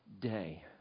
day